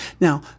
Now